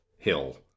hill